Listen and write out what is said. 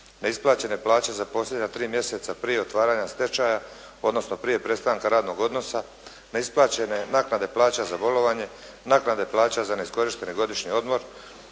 Neisplaćene plaće za posljednja tri mjeseca prije otvaranja stečaja odnosno prije otvaranja radnog odnosa, neisplaćene naknade plaća za bolovanje, naknade plaća za neiskorišteni godišnji odmor,